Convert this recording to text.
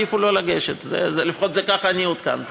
העדיפו שלא לגשת, לפחות כך אני עודכנתי.